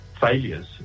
failures